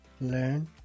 learn